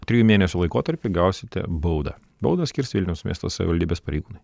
trijų mėnesių laikotarpy gausite baudą baudą skirs vilniaus miesto savivaldybės pareigūnai